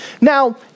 Now